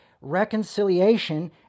reconciliation